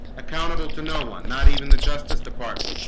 accountable to no one not even the justice department